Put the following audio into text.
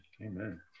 Amen